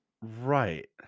Right